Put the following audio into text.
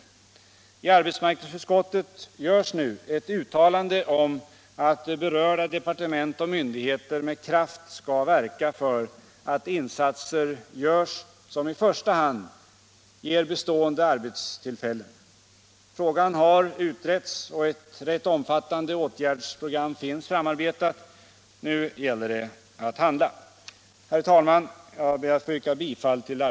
I arbetsmarknadsutskottets betänkande görs nu ett uttalande om att berörda departement och myndigheter med kraft skall verka för att insatser görs som i första hand ger bestående arbetstillfällen. Frågan har utretts och ett rätt omfattande åtgärdsprogram finns framarbetat. Nu gäller det att handla.